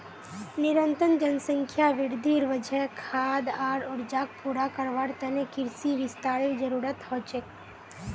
निरंतर जनसंख्या वृद्धिर वजह खाद्य आर ऊर्जाक पूरा करवार त न कृषि विस्तारेर जरूरत ह छेक